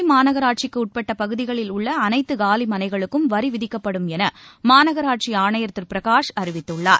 சென்னை மாநகராட்சிக்கு உட்பட்ட பகுதிகளில் உள்ள அனைத்து காலி மனைகளுக்கும் வரி விதிக்கப்படும் என மாநகராட்சி ஆணையர் திரு பிரகாஷ் அறிவித்துள்ளார்